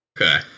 Okay